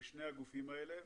בשני הגופים הללו,